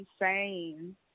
insane